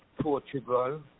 Portugal